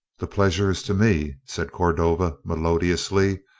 the pleasure is to me, said cordova melodiously,